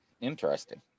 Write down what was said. interesting